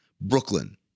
Brooklyn